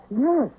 Yes